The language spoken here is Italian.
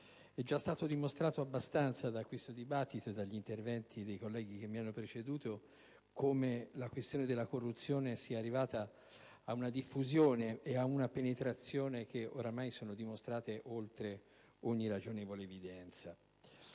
è già stato dimostrato abbastanza da questo dibattito e dagli interventi svolti dai colleghi che mi hanno preceduto come la questione della corruzione sia arrivata ad una diffusione e a una penetrazione che ormai sono dimostrate oltre ogni ragionevole evidenza.